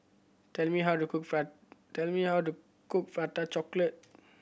tell me how to cook tell me how to cook Prata Chocolate